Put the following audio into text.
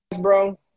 bro